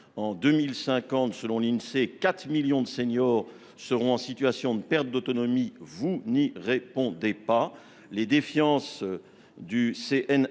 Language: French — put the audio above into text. En 2050, selon l'Insee, 4 millions de seniors seront en situation de perte d'autonomie. Vous n'y répondez pas.